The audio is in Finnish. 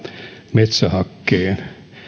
metsähakkeeseen